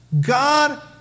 God